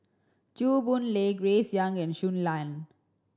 Chew Boon Lay Grace Young and Shui Lan